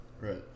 Right